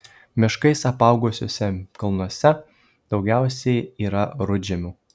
miškais apaugusiuose kalnuose daugiausia yra rudžemių